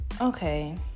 Okay